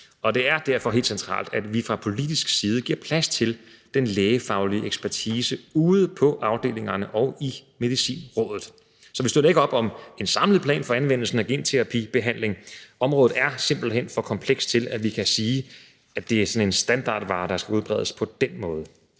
og det er derfor helt centralt, at vi fra politisk side giver plads til den lægefaglige ekspertise ude på afdelingerne og i Medicinrådet. Så vi støtter ikke op om en samlet plan for anvendelsen af genterapibehandling. Området er simpelt hen for komplekst til, at vi kan sige, at det er sådan en standardvare, der skal udbredes på den måde.